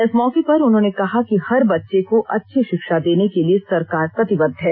इस मौके पर उन्होंने कहा कि हर बच्चे को अच्छी शिक्षा देने के लिए सरकार प्रतिबद्ध है